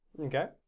Okay